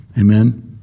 Amen